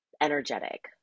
energetic